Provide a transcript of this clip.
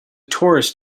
torus